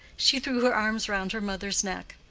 she threw her arms round her mother's neck.